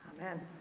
Amen